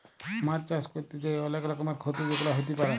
মাছ চাষ ক্যরতে যাঁয়ে অলেক রকমের খ্যতি যেগুলা হ্যতে পারে